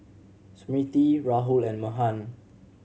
Smriti Rahul and Mahan